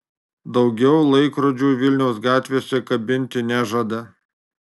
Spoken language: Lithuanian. daugiau laikrodžių vilniaus gatvėse kabinti nežada